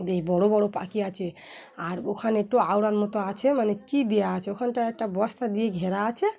বেশ বড়ো বড়ো পাখি আছে আর ওখানে একটু আওড়ার মতো আছে মানে কি দেওয়া আছে ওখানটা একটা বস্তা দিয়ে ঘেরা আছে